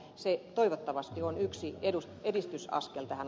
se toivottavasti on yksi edistysaskel tähän